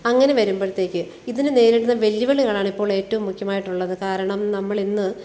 അങ്ങനെ വരുമ്പോഴത്തേക്ക് ഇതിന് നേരിടുന്ന വെല്ലുവിളികളാണ് ഇപ്പോൾ ഏറ്റോം മുഖ്യമായിട്ടുള്ളത് കാരണം നമ്മൾ ഇന്ന്